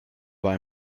war